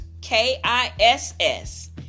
K-I-S-S